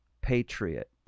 patriot